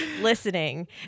listening